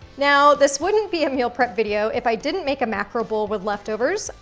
now, this wouldn't be a meal prep video if i didn't make a macro bowl with leftovers,